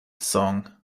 song